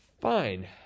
Fine